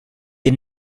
the